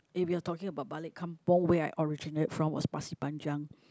if you're talking about balik kampung where I originate from was Pasir Panjang